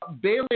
bailey